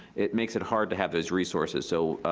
it makes it hard to have those resources. so